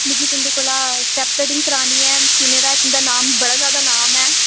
मिगी तुंदे कौला स्टेप कटिंग करानी ऐ सुने दा ऐ तुंदा नाम बड़ा ज्यादा तुंदा नाम ऐ